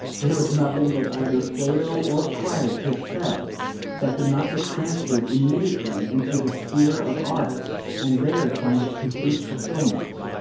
there was nothing that either plato or christ had said that could not be transferred immediately into the sphere of art and there find its complete fulfilment.